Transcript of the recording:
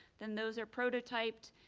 then those are prototyped,